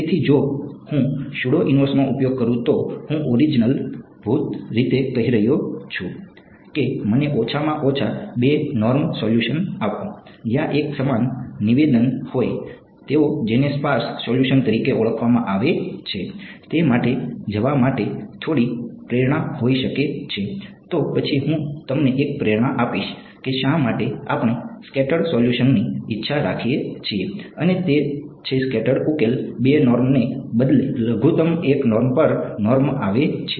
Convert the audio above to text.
તેથી જો હું સ્યુડો ઇનવર્સનો ઉપયોગ કરું તો હું ઓરીજીનલભૂત રીતે કહી રહ્યો છું કે મને ઓછામાં ઓછા 2 નોર્મ સોલ્યુશન્સ આપો જ્યાં એક સમાન નિવેદન સોલ્યુશન તરીકે ઓળખવામાં આવે છે તે માટે જવા માટે થોડી પ્રેરણા હોઈ શકે છે તો પછી હું તમને એક પ્રેરણા આપીશ કે શા માટે આપણે સ્કેતર્દ સોલ્યુશનની ઇચ્છા રાખીએ છીએ અને તે છે સ્કેતર્દ ઉકેલ 2 નોર્મને બદલે લઘુત્તમ 1 નોર્મ પર નોર્મ આવે છે